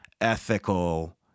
ethical